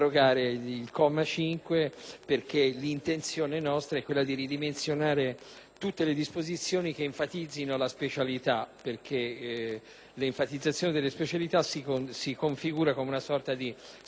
tutte le disposizioni che enfatizzino la specialità; tale enfatizzazione si configura, infatti, come una sorta di sottrazione agli obblighi del quadro della solidarietà nazionale.